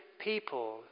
people